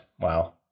Wow